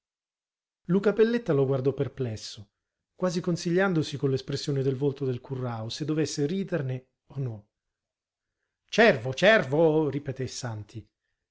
digiuni luca pelletta lo guardò perplesso quasi consigliandosi con l'espressione del volto del currao se dovesse riderne o no cervo cervo ripeté santi